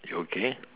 okay